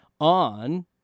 on